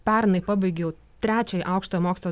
pernai pabaigiau trečiajį aukštojo mokslo